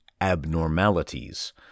abnormalities